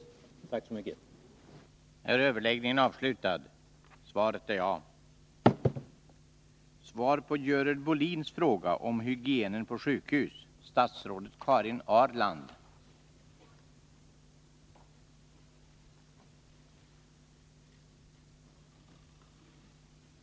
Tack än en gång!